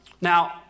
Now